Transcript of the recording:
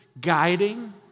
guiding